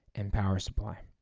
and power supply.